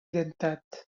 dentat